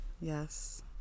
Yes